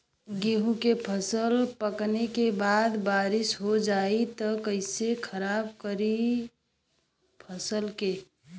गेहूँ के फसल पकने के बाद बारिश हो जाई त कइसे खराब करी फसल के?